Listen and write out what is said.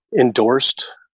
endorsed